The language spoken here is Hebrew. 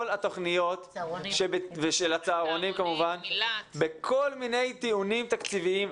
ולכל התוכניות בכל מיני טיעונים תקציבים.